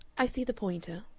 i see the pointer,